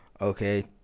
okay